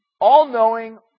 all-knowing